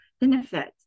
benefits